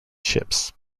ships